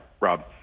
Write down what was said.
rob